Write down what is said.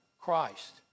Christ